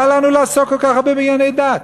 מה לנו לעסוק כל כך הרבה בענייני דת?